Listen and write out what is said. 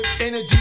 energy